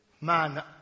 man